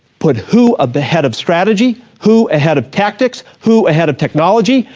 put who up ahead of strategy, who ahead of tactics, who ahead of technology,